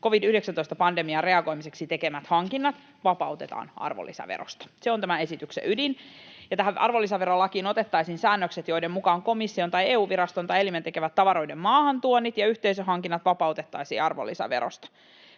covid-19-pandemiaan reagoimiseksi tekemät hankinnat vapautetaan arvonlisäverosta. Se on tämän esityksen ydin. Tähän arvonlisäverolakiin otettaisiin säännökset, joiden mukaan komission tai EU-viraston tai ‑elimen tekemät tavaroiden maahantuonnit ja yhteisöhankinnat vapautettaisiin arvonlisäverosta.